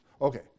Okay